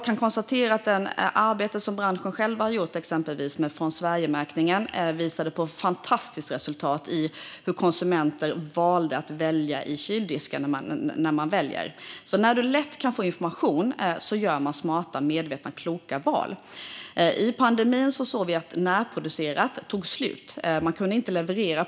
Det arbete som branschen själv har gjort med exempelvis Från Sverige-märkningen har visat fantastiska resultat i hur konsumenter väljer i kyldisken. När man lätt kan få information gör man smarta, medvetna och kloka val. Under pandemin har vi sett att närproducerad mat tagit slut och inte kunnat levereras.